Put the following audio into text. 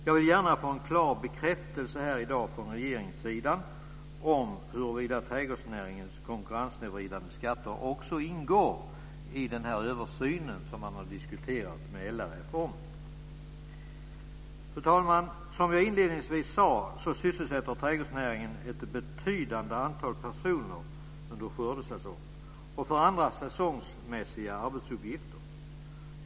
Jag vill gärna ha en klar bekräftelse här i dag från regeringens sida om huruvida trädgårdsnäringens konkurrenssnedvridande skatter också ingår i den översyn som man har diskuterat med LRF om. Fru talman! Som jag inledningsvis sade sysselsätter trädgårdsnäringen ett betydande antal personer under skördesäsongen och för andra säsongsmässiga arbetsuppgifter.